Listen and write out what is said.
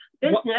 business